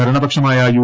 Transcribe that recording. ഭരണപക്ഷമായ U